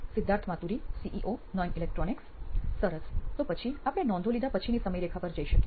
Siddharth Maturi CEO નોઇન electronics સરસ તો પછી આપણે નોંધો લીધા 'પછી' ની સમયરેખા પર જઈ શકીએ